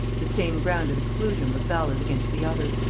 the same ground of exclusion was valid against the other.